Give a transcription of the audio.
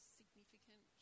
significant